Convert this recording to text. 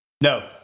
No